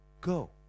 go